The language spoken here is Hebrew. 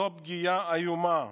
זאת פגיעה איומה.